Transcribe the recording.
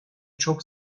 çok